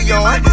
on